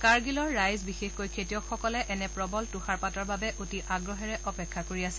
কাৰগিলৰ ৰাইজ বিশেষকৈ খেতিয়কসকলে এনে প্ৰবল তুষাৰপাতৰ বাবে অতি আগ্ৰহেৰে অপেক্ষা কৰি আছিল